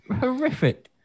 horrific